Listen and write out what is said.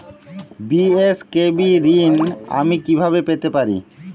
BSKB ঋণ আমি কিভাবে পেতে পারি?